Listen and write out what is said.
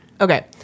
Okay